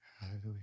Hallelujah